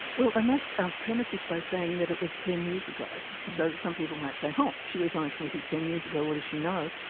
well i must premise this by saying that it was ten years ago, so some people might say, huh, she was on a committee ten years ago, what does she know?